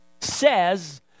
says